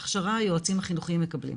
הכשרה היועצים החינוכיים מקבלים.